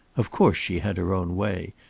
of course she had her own way,